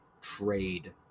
Trade